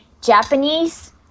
Japanese